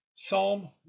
Psalm